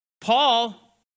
Paul